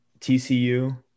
TCU